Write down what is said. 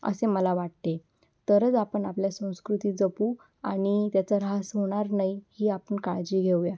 असे मला वाटते तरच आपण आपल्या संस्कृती जपू आणि त्याचा ह्रास होणार नाही ही आपण काळजी घेऊया